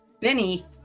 Benny